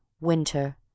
Winter